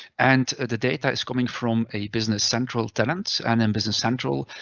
and the data is coming from a business central tenants. and in business central,